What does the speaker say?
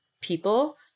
people